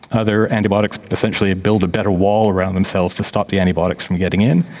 other antibiotics essentially build a better wall around themselves to stop the antibiotics from getting in.